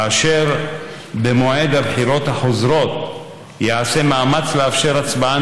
כאשר במועד הבחירות החוזרות ייעשה מאמץ לאפשר הצבעה